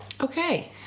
okay